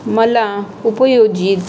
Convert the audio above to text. मला उपयोजित